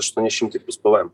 aštuoni šimtai plius pvm